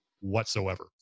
whatsoever